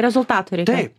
rezultatų reikia